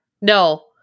no